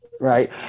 Right